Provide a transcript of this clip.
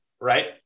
right